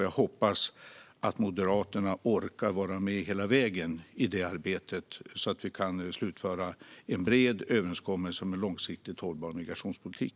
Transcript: Jag hoppas att Moderaterna orkar vara med hela vägen i det arbetet så att vi kan slutföra en bred överenskommelse om en långsiktigt hållbar migrationspolitik.